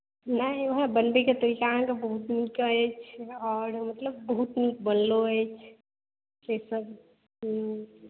नहि उएह बनबयके तरीका अहाँके बहुत नीक अछि आओर मतलब बहुत नीक बनलो अछि सेसभ हँ